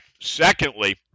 Secondly